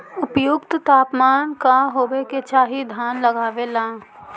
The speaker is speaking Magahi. उपयुक्त तापमान का होबे के चाही धान लगावे ला?